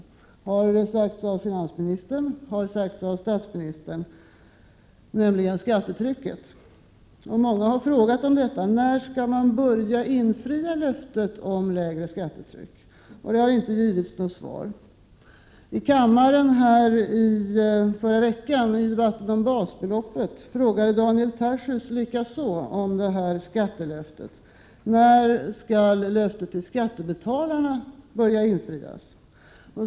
Löftena har också uttalats av finansministern och av statsministern, och de löfterna rör skattetrycket. Många har frågat: När skall socialdemokraterna börja infria löftet om lägre skattetryck? Det har inte givits något svar. I kammaren i förra veckan i samband med debatten om basbeloppet frågade Daniel Tarschys likaså om skattelöftet. När skall löftet till skattebetalarna börja infrias?